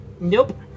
nope